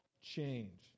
change